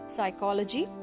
Psychology